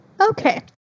Okay